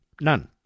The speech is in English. None